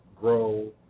grow